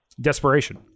desperation